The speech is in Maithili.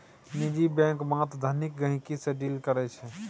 निजी बैंक मात्र धनिक गहिंकी सँ डील करै छै